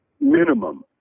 minimum